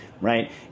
right